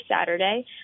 Saturday